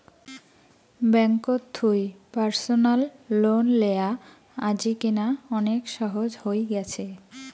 ব্যাঙ্ককোত থুই personal loan লেয়া আজিকেনা অনেক সহজ হই গ্যাছে